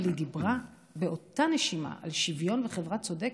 אבל היא דיברה באותה נשימה על שוויון וחברה צודקת,